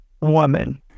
woman